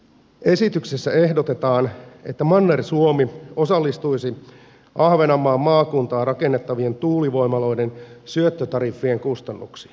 esityksessä ehdotetaan että manner suomi osallistuisi ahvenanmaan maakuntaan rakennettavien tuulivoimaloiden syöttötariffien kustannuksiin